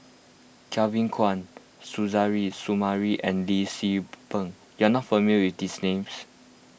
Kevin Kwan Suzairhe Sumari and Lee Tzu Pheng you are not familiar with these names